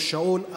או השעון.